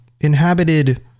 inhabited